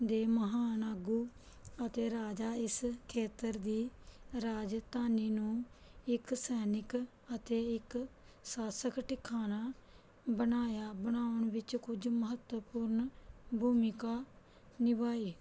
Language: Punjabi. ਦੇ ਮਹਾਨ ਆਗੂ ਅਤੇ ਰਾਜਾ ਇਸ ਖੇਤਰ ਦੀ ਰਾਜਧਾਨੀ ਨੂੰ ਇੱਕ ਸੈਨਿਕ ਅਤੇ ਇੱਕ ਸ਼ਾਸਕ ਟਿਕਾਣਾ ਬਣਾਇਆ ਬਣਾਉਣ ਵਿੱਚ ਕੁਝ ਮਹੱਤਵਪੂਰਨ ਭੂਮਿਕਾ ਨਿਭਾਈ